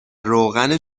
روغن